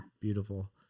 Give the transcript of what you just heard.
beautiful